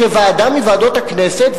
כשוועדה מוועדות הכנסת,